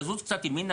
תזוז קצת ימינה,